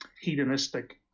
hedonistic